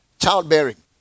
childbearing